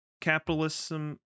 Capitalism